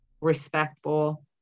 respectful